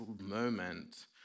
moment